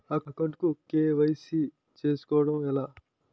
Account కు KYC చేసుకోవడం ఎలా?